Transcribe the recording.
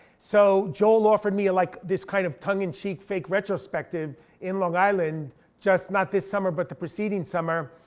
so joel offered me like this kind of tongue in cheek fake retrospective in long island just, not this summer but the preceding summer.